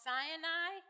Sinai